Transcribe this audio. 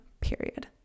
period